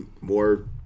more